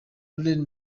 lauren